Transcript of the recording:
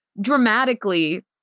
dramatically